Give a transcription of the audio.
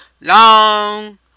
long